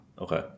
Okay